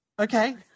Okay